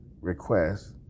request